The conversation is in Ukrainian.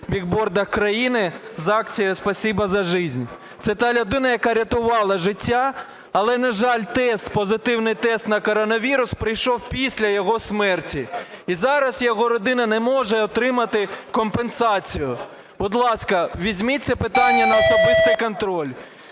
бігбордах країни з акцією "Спасибо за жизнь". Це та людина, яка рятувала життя, але, на жаль, тест, позитивний тест на коронавірус, прийшов після його смерті, і зараз його родина не може отримати компенсацію. Будь ласка, візьміть це питання на особистий контроль.